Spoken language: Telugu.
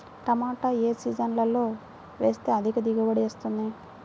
టమాటా ఏ సీజన్లో వేస్తే అధిక దిగుబడి వస్తుంది?